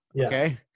okay